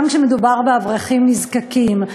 גם כשמדובר באברכים נזקקים?